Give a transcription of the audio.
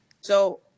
So-